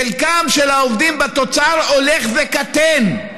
חלקם של העובדים בתוצר הולך וקטן.